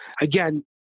Again